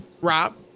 Rob